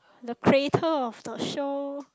the creator of the show